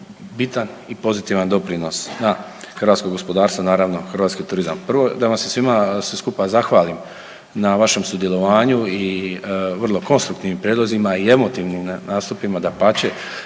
bitan i pozitivan doprinos na hrvatskog gospodarstvo, naravno hrvatski turizam. Prvo da vam se svima skupa zahvalim na vašem sudjelovanju i vrlo konstruktivnim prijedlozima i emotivnim nastupima dapače